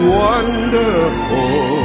wonderful